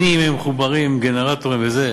שנים הם מחוברים עם גנרטורים וזה,